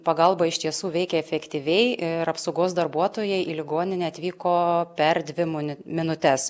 pagalba iš tiesų veikia efektyviai ir apsaugos darbuotojai į ligoninę atvyko per dvi minutes